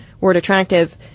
word-attractive